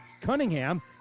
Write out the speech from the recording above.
Cunningham